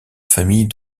famille